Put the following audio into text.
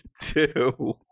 two